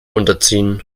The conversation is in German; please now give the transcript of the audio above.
unterziehen